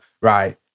Right